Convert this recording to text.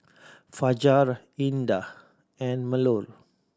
Fajar Indah and Melur